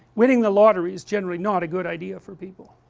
winning the lottery is generally not a good idea for people